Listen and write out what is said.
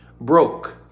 broke